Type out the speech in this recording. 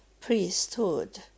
priesthood